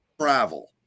travel